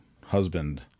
husband